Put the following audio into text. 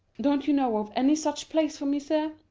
don't you know of any such place for me, sir?